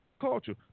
culture